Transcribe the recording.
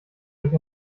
durch